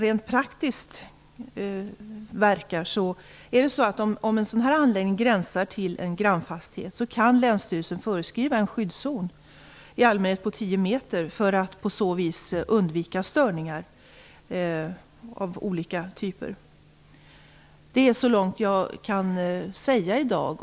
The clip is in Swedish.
Rent praktiskt verkar detta så att länsstyrelsen, om en sådan här anläggning gränsar till en grannfastighet, kan föreskriva en skyddszon, i allmänhet på tio meter, för att på så vis undvika störningar av olika typ. Det är så mycket jag kan säga i dag.